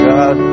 God